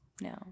no